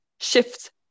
Shift